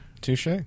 touche